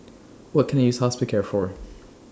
What Can I use Hospicare For